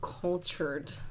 cultured